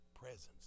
presence